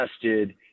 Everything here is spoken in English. tested